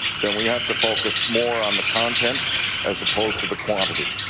then we have to focus more on the content as opposed to the quantity.